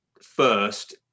first